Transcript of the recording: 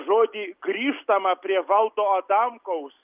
žodį grįžtama prie valdo adamkaus